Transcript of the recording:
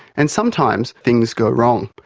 and sometimes things go wrong.